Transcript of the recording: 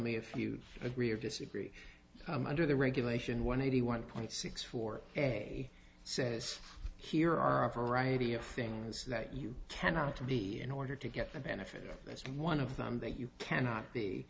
me if you agree or disagree under the regulation one eighty one point six four a says here are a variety of things that you cannot to be in order to get the benefit of one of them that you cannot